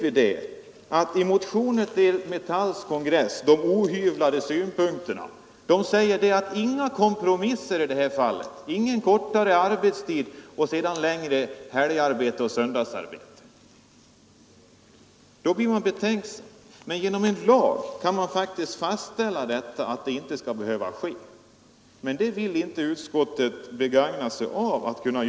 I motionen till Metalls kongress — alltså de ohyvlade synpunkterna — sägs det att man inte vill ha någon kompromiss i detta fall, dvs. en förkortning av arbetstiden i utbyte mot längre helgarbete och söndagsarbete. Man blir betänksam när man läser detta. Det skulle genom en lag kunna bestämmas att något sådant inte skall behöva ske. Men utskottet vill inte begagna denna möjlighet.